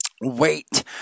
wait